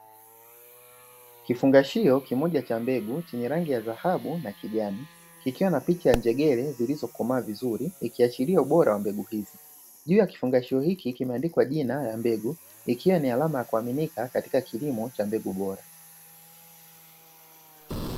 Kifungashio kimoja cha mbegu chenye rangi ya dhahabu na kijani kikiwa na picha ya njegere zilizokomaa zizuri ikiashiria ubora wa mbegu hizi, juu ya kifungashio hiki kimewekwa jina la mbegu ikiwa ni alama ya kuaminika katika kilimo cha mbegu bora.